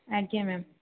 ଆଜ୍ଞା ମ୍ୟାମ୍